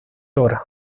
dra